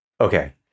okay